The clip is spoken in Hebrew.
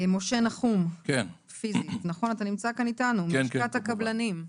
משה נחום מלשכת הקבלנים,